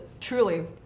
truly